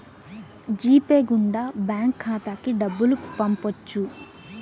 G pay గుండా bank ఖాతాకి డబ్బులు పంపొచ్చు